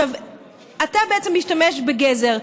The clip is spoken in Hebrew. אתה בעצם משתמש בגזר,